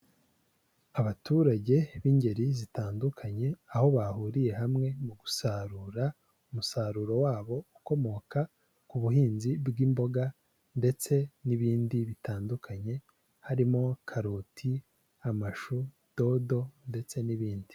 Abaturage b'ingeri zitandukanye, aho bahuriye hamwe mu gusarura umusaruro wabo ukomoka ku buhinzi bw'imboga ndetse n'ibindi bitandukanye, harimo: karoti, amashu, dodo ndetse n'ibindi.